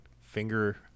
Finger